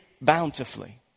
bountifully